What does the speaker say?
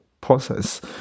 process